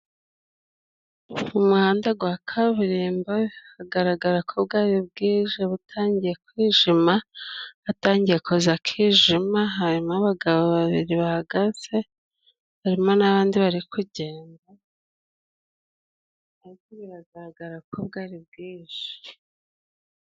Mu muhanda gwa kaburimbo bigaragara ko bwarii bwije butangiye kwijima, hatangiye kuza akijima harimo abagabo babiri bahagaze ,harimo n'abandi bari kugenda, ariko biragaragarako bwari bwije.